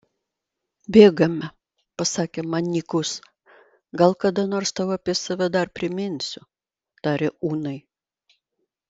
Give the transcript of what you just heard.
bėgame pasakė man nykus gal kada nors tau apie save dar priminsiu tarė unai